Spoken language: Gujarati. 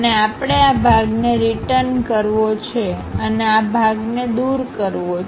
અને આપણે આ ભાગને રીટન કરવો છે અને આ ભાગને દૂર કરવો છે